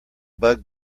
bug